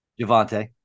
javante